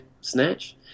snatch